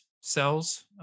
cells